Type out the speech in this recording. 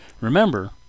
Remember